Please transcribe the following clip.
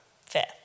Fair